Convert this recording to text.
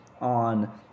on